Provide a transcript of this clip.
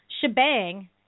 shebang